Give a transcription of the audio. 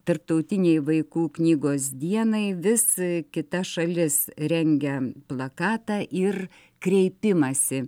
tarptautinei vaikų knygos dienai vis kita šalis rengia plakatą ir kreipimąsi